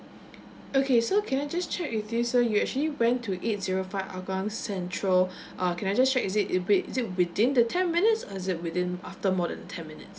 okay so can I just check with you sir you actually went to eight zero five hougang central uh can I just check is it with is it within the ten minutes as if within after more the ten minutes